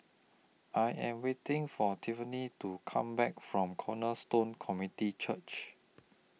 I Am waiting For Tiffani to Come Back from Cornerstone Community Church